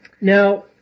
Now